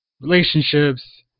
relationships